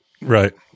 Right